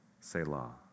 Selah